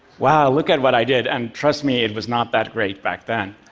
wow, look at what i did! and trust me it was not that great back then.